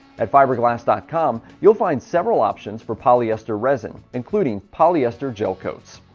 at fibre glast dot com, you'll find several options for polyester resin including polyester gel coats.